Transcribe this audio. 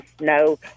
no